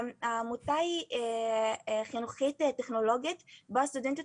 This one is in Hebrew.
העמותה היא חינוכית טכנולוגית ובה סטודנטיות